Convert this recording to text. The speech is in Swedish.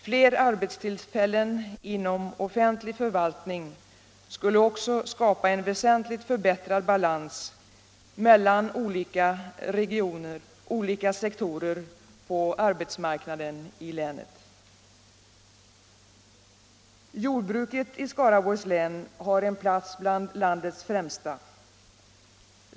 Fler arbetstillfällen inom offentlig förvaltning skulle också skapa en väsentligt förbättrad balans mellan olika sektorer på arbetsmarknaden i länet. På jordbruksområdet intar Skaraborgs län en av de främsta platserna i landet.